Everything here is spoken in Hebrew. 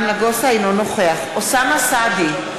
אינו נוכח אוסאמה סעדי,